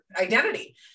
identity